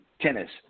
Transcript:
tennis